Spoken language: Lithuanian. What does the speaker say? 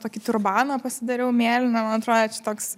tokį turbaną pasidariau mėlyną man atrodė čia toks